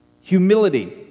humility